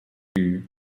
and